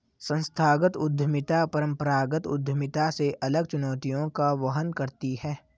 संस्थागत उद्यमिता परंपरागत उद्यमिता से अलग चुनौतियों का वहन करती है